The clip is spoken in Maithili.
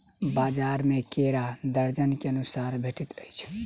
बजार में केरा दर्जन के अनुसारे भेटइत अछि